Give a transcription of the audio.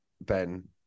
Ben